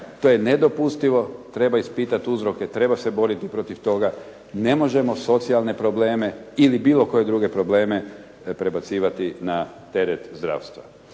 To je nedopustivo. Treba ispitati uzroke, treba se boriti protiv toga. Ne možemo socijalne probleme ili bilo koje druge probleme prebacivati na teret zdravstva.